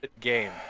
game